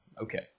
Okay